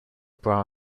bra